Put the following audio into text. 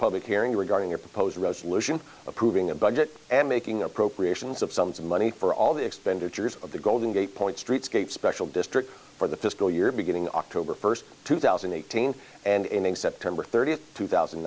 public hearing regarding a proposed resolution approving a budget and making appropriations of sums of money for all the expenditures of the golden gate point streetscape special district for the fiscal year beginning october first two thousand and eighteen and ending september thirtieth two thousand